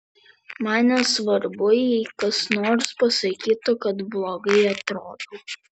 man nesvarbu jei kas nors pasakytų kad blogai atrodau